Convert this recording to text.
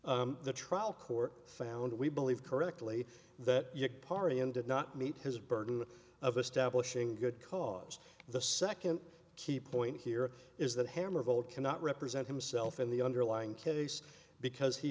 the trial court found we believe correctly that your party and did not meet his burden of establishing good cause the second key point here is that hammer of old cannot represent himself in the underlying case because he